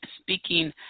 Speaking